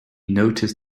noticed